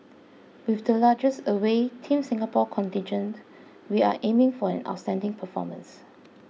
with the largest away Team Singapore contingent we are aiming for an outstanding performance